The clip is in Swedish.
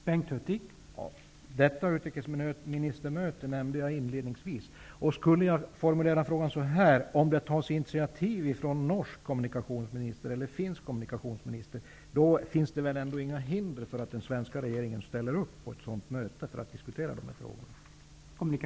Herr talman! Detta utrikesministermöte nämnde jag inledningsvis. Låt mig formulera min fråga så här: Om den norska eller den finska kommunikationsministern tar initiativ kring detta, då finns det väl ändå inga hinder för att den svenska regeringen ställer upp på ett sådant möte för att diskutera de här frågorna?